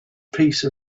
piece